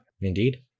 indeed